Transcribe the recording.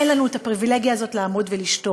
אין לנו את הפריבילגיה הזאת לעמוד ולשתוק.